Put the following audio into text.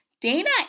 Dana